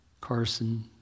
Carson